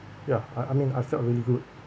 ya I I mean I felt really good